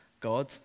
God